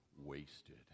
wasted